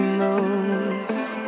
moves